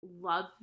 love